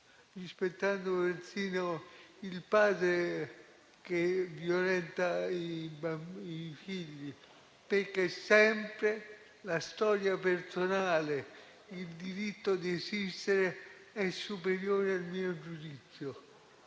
rispettando persino il padre che violenta i figli, perché sempre la storia personale e il diritto di esistere sono superiori al mio giudizio,